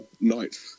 night